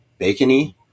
bacony